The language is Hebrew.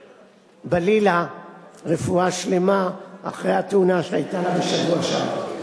אברהם-בלילא רפואה שלמה אחרי התאונה שהיתה לה בשבוע שעבר.